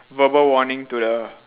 verbal warning to the